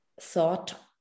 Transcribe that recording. thought